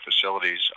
facilities